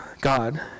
God